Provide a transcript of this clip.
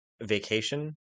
vacation